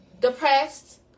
depressed